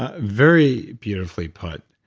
ah very beautifully put.